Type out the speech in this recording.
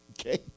Okay